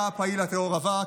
היה פעיל הטרור רווק,